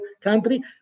country